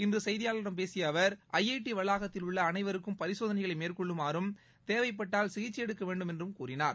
இன்று செய்தியாளர்களிடம் பேசிய அவர் ஐஐடி வளாகத்தில் உள்ள அனைவருக்கும் பரிசோதனைகளை மேற்கொள்ளுமாறும் தேவைப்பட்டால் சிகிச்சை எடுக்க வேண்டும் என்றும் கூறினார்